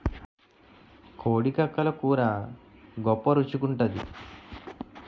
కోడి కక్కలు కూర గొప్ప రుచి గుంటాది